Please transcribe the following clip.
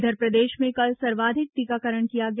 इधर प्रदेश में कल सर्वाधिक टीकाकरण किया गया